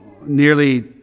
nearly